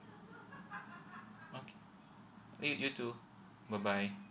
okay you you too bye bye